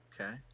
Okay